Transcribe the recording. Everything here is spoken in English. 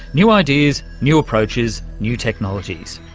new ideas, new approaches new technologies.